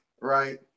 right